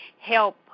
help